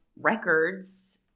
records